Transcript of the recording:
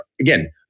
again